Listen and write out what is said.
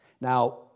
Now